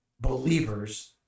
believers